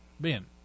Ben